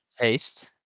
taste